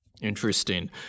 Interesting